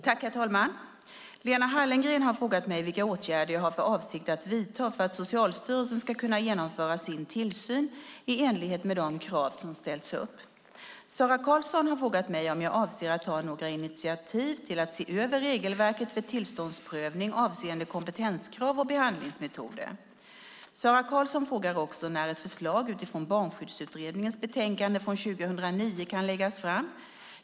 Herr talman! Lena Hallengren har frågat mig vilka åtgärder jag har för avsikt att vidta för att Socialstyrelsen ska kunna genomföra sin tillsyn i enlighet med de krav som ställts upp. Sara Karlsson har frågat mig om jag avser att ta några initiativ till att se över regelverket för tillståndsprövning avseende kompetenskrav och behandlingsmetoder. Sara Karlsson frågar också när ett förslag utifrån Barnskyddsutredningens betänkande från 2009 kan läggas fram.